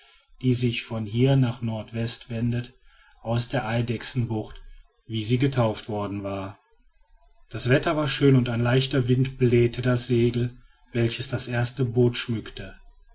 die sich von hier nach nord west wendete aus der eidechsenbucht wie sie getauft worden war das wetter war schön und ein leichter wind blähte das segel welches das erste boot schmückte